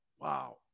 wow